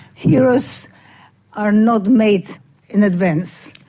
heroes are not made in advance.